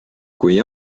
kui